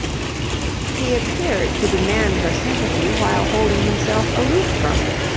he appeared to demand her sympathy while holding himself aloof from it.